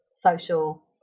social